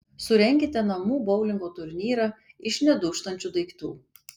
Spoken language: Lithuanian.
surenkite namų boulingo turnyrą iš nedūžtančių daiktų